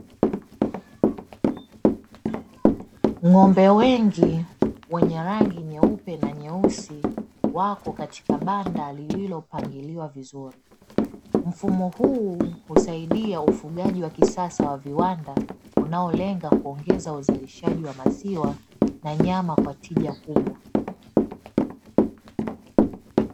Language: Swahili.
Ng'ombe wengi wenye rangi nyeupe na nyeusi, wako katika banda lililopangiliwa vizuri. Mfumo huu husaidia ufugaji wa kisasa wa viwanda, unaolenga kuongeza uzalishaji wa maziwa na nyama kwa tija kubwa.